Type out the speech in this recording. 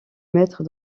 maître